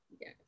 yes